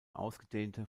ausgedehnte